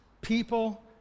people